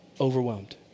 overwhelmed